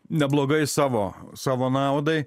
neblogai savo savo naudai